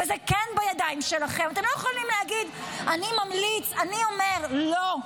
אתם לא יכולים להגיד: אני ממליץ, אני אומר, לא.